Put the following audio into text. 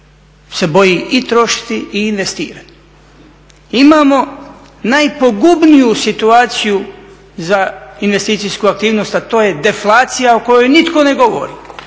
se boji i trošiti i investirati. Imamo najpogubniju situaciju za investicijsku aktivnost a to je deflacija o kojoj nitko ne govori,